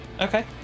Okay